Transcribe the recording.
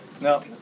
No